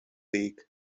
weg